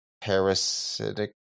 parasitic